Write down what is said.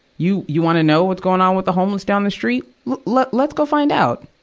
you, you wanna know what's going on with the homeless down the street? le, let, let's go find out.